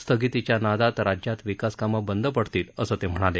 स्थगितीच्या नादात राज्यात विकासकामं बंद पडतील असं ते म्हणाले